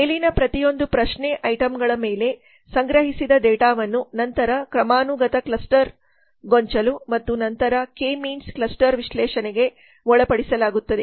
ಮೇಲಿನ ಪ್ರತಿಯೊಂದು ಪ್ರಶ್ನೆ ಐಟಂಗಳ ಮೇಲೆ ಸಂಗ್ರಹಿಸಿದ ಡೇಟಾವನ್ನು ನಂತರ ಕ್ರಮಾನುಗತ ಕ್ಲಸ್ಟರ್ ಗೊಂಚಲು ಮತ್ತು ನಂತರ ಕೆ ಮೀನ್ಸ್ ಕ್ಲಸ್ಟರ್ ವಿಶ್ಲೇಷಣೆಗೆ ಒಳಪಡಿಸಲಾಗುತ್ತದೆ